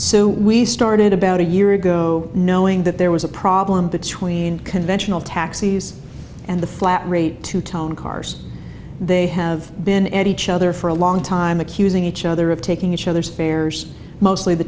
so we started about a year ago knowing that there was a problem between conventional taxis and the flat rate two tone cars they have been any chair there for a long time accusing each other of taking each other's fares mostly the